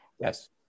Yes